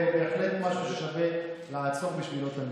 זה בהחלט משהו ששווה לעצור בשבילו את הנאום.